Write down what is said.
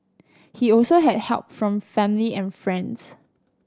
he also had help from family and friends